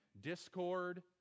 discord